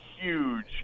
huge